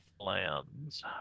plans